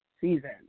season